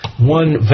one